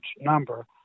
number